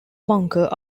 bunker